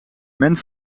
men